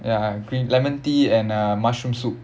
ya green lemon tea and uh mushroom soup